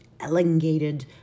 elongated